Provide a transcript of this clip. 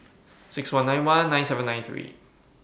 six one nine one nine seven nine three